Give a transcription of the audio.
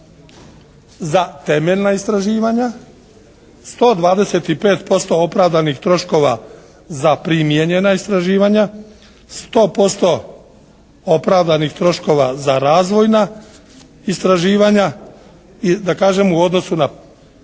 za temeljna istraživanja. 125% opravdanih troškova za primijenjena istraživanja. 100% opravdanih troškova za razvojna istraživanja. I da kažem u odnosu na odredbu